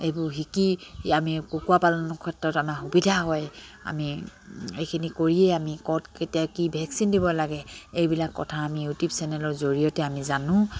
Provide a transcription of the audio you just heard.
এইবোৰ শিকি আমি কুকুৰা পালনৰ ক্ষেত্ৰত আমাৰ সুবিধা হয় আমি এইখিনি কৰিয়েই আমি ক'ত কেতিয়া কি ভেকচিন দিব লাগে এইবিলাক কথা আমি ইউটিউব চেনেলৰ জৰিয়তে আমি জানো